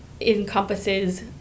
encompasses